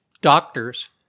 Doctors